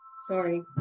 Sorry